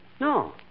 No